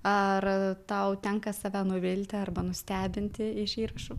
ar tau tenka save nuvilti arba nustebinti iš įrašų